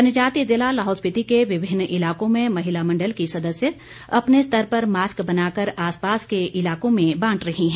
जनजातीय जिला लाहौल स्पीति के विभिन्न इलाकों में महिला मंडल की सदस्य अपने स्तर पर मास्क बनाकर आसपास के इलाकों में बांट रही हैं